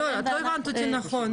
לא, את לא הבנת אותי נכון.